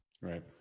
Right